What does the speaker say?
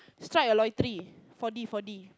strike a lottery four D four D